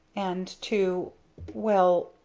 and to well,